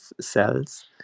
cells